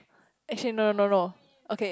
actually no no no no okay